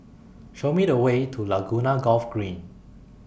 Show Me The Way to Laguna Golf Green